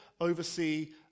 oversee